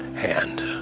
hand